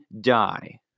die